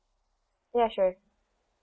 ya sure